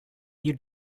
you